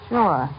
Sure